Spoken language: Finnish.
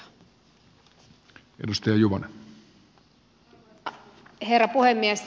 arvoisa herra puhemies